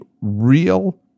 real